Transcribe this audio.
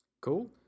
Cool